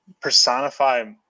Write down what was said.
personify